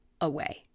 away